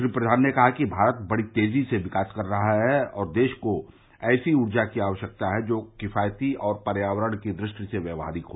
श्री प्र्यान ने कहा कि भारत बढ़ी तेजी से विकास कर रहा है और देश को ऐसी ऊर्जा की आवश्यकता है जो किफायती और पर्यावरण की दृष्टि से व्यावहारिक हो